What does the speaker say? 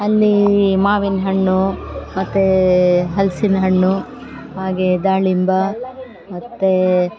ಅಲ್ಲಿ ಮಾವಿನ ಹಣ್ಣು ಮತ್ತು ಹಲ್ಸಿನ ಹಣ್ಣು ಹಾಗೇ ದಾಳಿಂಬೆ ಮತ್ತು